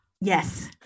Yes